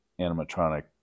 animatronic